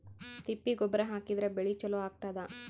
ತಿಪ್ಪಿ ಗೊಬ್ಬರ ಹಾಕಿದ್ರ ಬೆಳಿ ಚಲೋ ಆಗತದ?